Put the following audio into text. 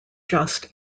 just